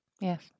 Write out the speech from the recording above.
Yes